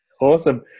awesome